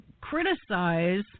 criticize